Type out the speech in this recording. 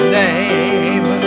name